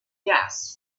gas